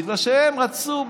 בגלל שהם רצו,